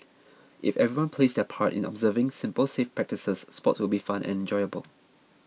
if everyone plays their part in observing simple safe practices sports will be fun and enjoyable